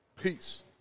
Peace